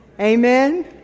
Amen